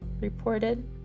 Reported